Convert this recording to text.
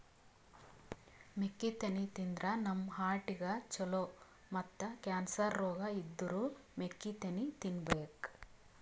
ಮೆಕ್ಕಿತೆನಿ ತಿಂದ್ರ್ ನಮ್ ಹಾರ್ಟಿಗ್ ಛಲೋ ಮತ್ತ್ ಕ್ಯಾನ್ಸರ್ ರೋಗ್ ಇದ್ದೋರ್ ಮೆಕ್ಕಿತೆನಿ ತಿನ್ಬೇಕ್